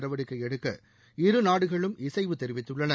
நடவடிக்கை எடுக்க இருநாடுகளும் இசைவு தெரிவித்துள்ளன